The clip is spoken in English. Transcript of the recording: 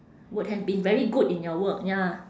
would have been very good in your work ya